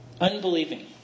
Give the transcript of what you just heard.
Unbelieving